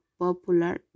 popular